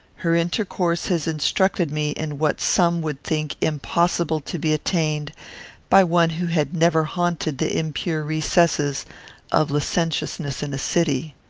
her intercourse has instructed me in what some would think impossible to be attained by one who had never haunted the impure recesses of licentiousness in a city.